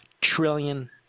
trillion